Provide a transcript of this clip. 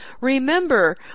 Remember